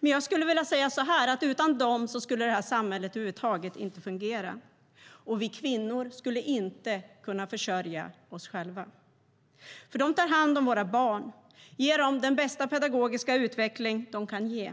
Men jag skulle vilja säga så här: Utan dem skulle samhället över huvud taget inte fungera, och vi kvinnor skulle inte kunna försörja oss själva. De tar nämligen hand om våra barn och ger dem den bästa pedagogiska utveckling de kan ge.